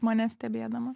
mane stebėdama